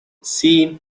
see